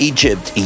Egypt